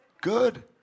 Good